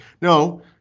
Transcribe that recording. no